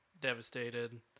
devastated